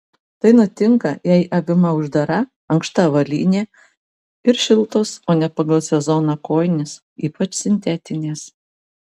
tai nutinka jei avima uždara ankšta avalynė ir šiltos ne pagal sezoną kojinės ypač sintetinės